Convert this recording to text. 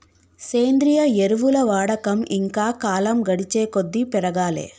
సేంద్రియ ఎరువుల వాడకం ఇంకా కాలం గడిచేకొద్దీ పెరగాలే